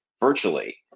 virtually